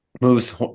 moves